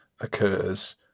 occurs